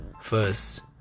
First